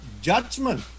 judgment